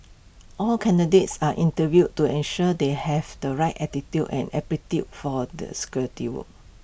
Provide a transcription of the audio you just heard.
all candidates are interviewed to ensure they have the right attitude and aptitude for the security work